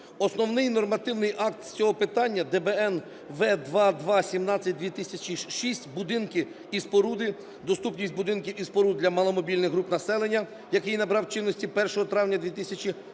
Основний нормативний акт з цього питання – ДБН В.2.2-17:2006 "Будинки і споруди. Доступність будинків і споруд для маломобільних груп населення", який набрав чинності 1 травня 2007